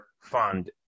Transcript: Fund